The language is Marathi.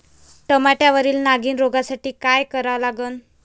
टमाट्यावरील नागीण रोगसाठी काय करा लागन?